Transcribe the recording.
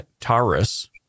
Taurus